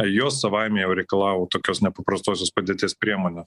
jos savaime jau reikalavo tokios nepaprastosios padėties priemonių